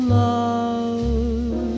love